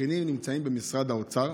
התבחינים נמצאים במשרד האוצר,